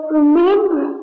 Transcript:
remember